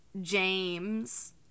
James